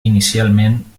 inicialment